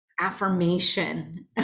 affirmation